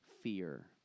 fear